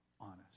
honest